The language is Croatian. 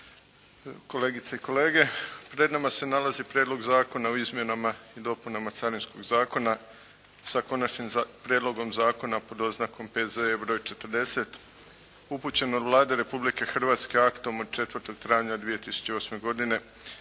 kolegice i kolege. Pred nama se nalazi Prijedlog zakona o izmjenama i dopunama Carinskog zakona, s Konačnim prijedlogom zakona pod oznakom P.Z.E. br. 40 upućen od Vlade Republike Hrvatske aktom od 4. travnja 2008. godine